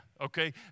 okay